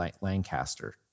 Lancaster